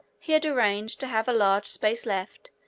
he had arranged to have a large space left,